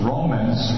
Romans